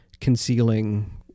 concealing